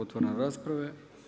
Otvaram raspravu.